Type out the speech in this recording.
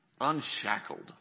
unshackled